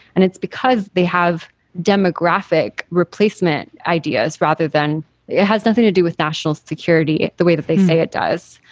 and it's because they have demographic replacement ideas rather than it has nothing to do with national security the way that they say it does.